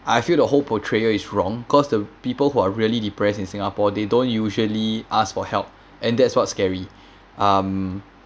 I feel the whole portrayal is wrong cause the people who are really depressed in singapore they don't usually ask for help and that's what's scary um